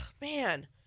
man